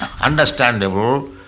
understandable